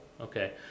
okay